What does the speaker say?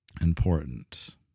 Important